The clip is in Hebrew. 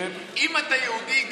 אם אתה יהודי,